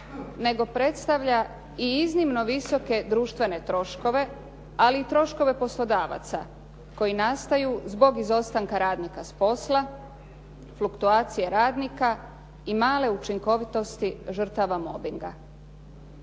nego predstavlja i iznimno visoke društvene troškove, ali i troškove poslodavaca koji nastaju zbog izostanka radnika s posla, fluktuacije radnika i male učinkovitosti žrtava mobbinga.